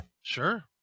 Sure